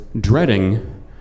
dreading